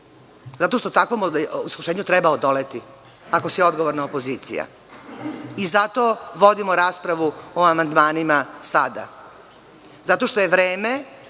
dana? Takvom iskušenju treba odoleti, ako si odgovorna opozicija. Zato vodimo raspravu o amandmanima sada, zato što je vreme